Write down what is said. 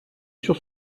sur